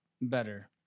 better